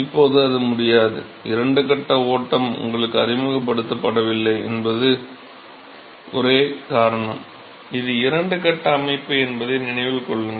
இப்போது அது முடியாது இரண்டு கட்ட ஓட்டம் உங்களுக்கு அறிமுகப்படுத்தப்படவில்லை என்பதே ஒரே காரணம் இது இரண்டு கட்ட அமைப்பு என்பதை நினைவில் கொள்ளுங்கள்